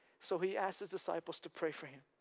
so he asked his disciples to pray for him.